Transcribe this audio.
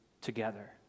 together